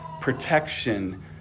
protection